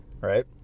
right